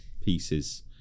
pieces